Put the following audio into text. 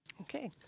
Okay